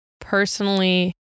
personally